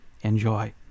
Enjoy